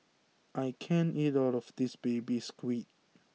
I can't eat all of this Baby Squid